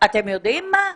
אתם יודעים מה?